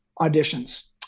auditions